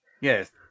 Yes